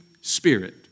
Spirit